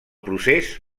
procés